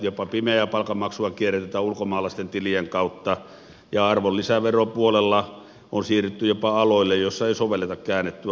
jopa pimeää palkanmaksua kierrätetään ulkomaalaisten tilien kautta ja arvonlisäveropuolella on siirretty jopa aloille joissa ei sovelleta käännettyä arvonlisävelvollisuutta